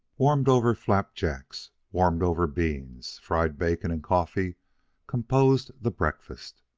warmed-over flapjacks, warmed-over beans, fried bacon, and coffee composed the breakfast.